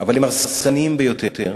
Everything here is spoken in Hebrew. אבל הם הרסניים ביותר,